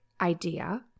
idea